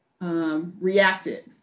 reacted